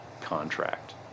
contract